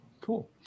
Cool